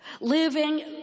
Living